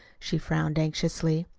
she frowned anxiously.